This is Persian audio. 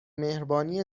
مهربانی